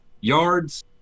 Yards